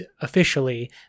officially